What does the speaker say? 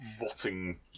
rotting